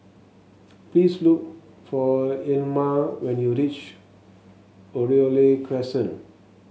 please look for Ilma when you reach Oriole Crescent